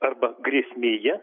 arba grėsmėje